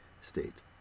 state